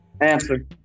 Answer